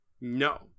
No